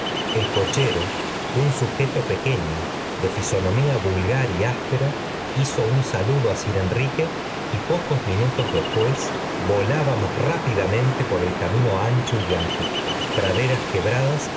el cochero un sujeto pequeño de fisonomía vulgar y áspera hizo un saludo á sir enrique y poco minutos después volábamos rápidamente por el camino ancho y blancuzco praderas quebradas